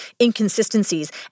inconsistencies